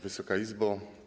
Wysoka Izbo!